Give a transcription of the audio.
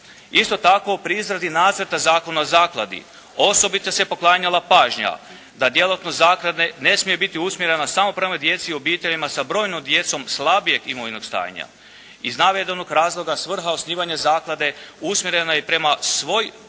Isto tako, pri izradi nacrta Zakona o zakladi osobito se poklanjala pažnja da djelatnost zaklade ne smije biti usmjerena samo prema djeci i obiteljima sa brojnom djecom slabijeg imovnog stanja. Iz navedenog razloga, svrha osnivanja zaklade umjerena je prema svoj